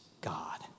God